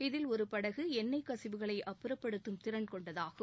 இதில் ஒரு படகு எண்ணெய் கசிவுகளை அப்புறப்படுத்தும் திறன் கொண்டதாகும்